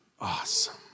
awesome